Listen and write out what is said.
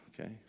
okay